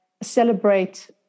celebrate